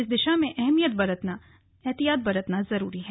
इस दिशा में एहतियात बरतना जरूरी है